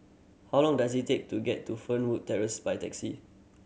how long does it take to get to Fernwood Terrace by taxi